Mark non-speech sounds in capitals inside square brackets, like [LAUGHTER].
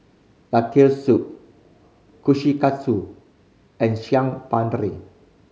Lentil Soup Kushikatsu and [UNINTELLIGIBLE]